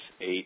eight